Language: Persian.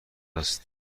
است